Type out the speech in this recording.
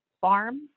farm